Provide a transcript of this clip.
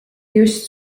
just